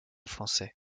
français